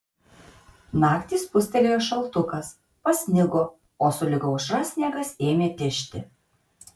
naktį spustelėjo šaltukas pasnigo o sulig aušra sniegas ėmė tižti